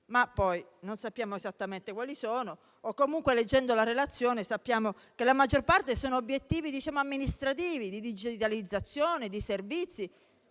ma poi non sappiamo esattamente quali sono o comunque leggendo la relazione apprendiamo che la maggior parte sono obiettivi amministrativi, di digitalizzazione, di servizi,